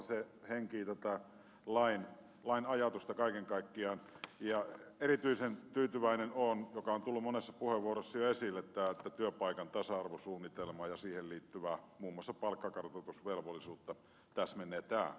se henkii tätä lain ajatusta kaiken kaikkiaan ja erityisen tyytyväinen olen siihen mikä on tullut monessa puheenvuorossa jo esille että työpaikan tasa arvosuunnitelmaa ja siihen liittyvää muun muassa palkkakartoitusvelvollisuutta täsmennetään